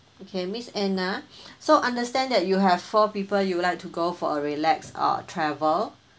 okay miss anna so understand that you have four people you would like to go for a relax uh travel